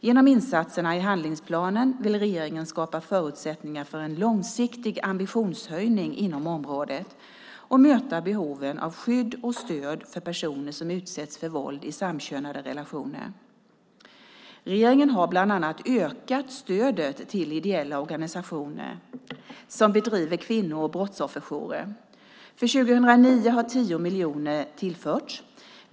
Genom insatserna i handlingsplanen vill regeringen skapa förutsättningar för en långsiktig ambitionshöjning inom området och möta behoven av skydd och stöd för personer som utsätts för våld i samkönade relationer. Regeringen har bland annat ökat stödet till ideella organisationer som bedriver kvinno och brottsofferjourer. För 2009 har 10 miljoner tillförts.